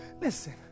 Listen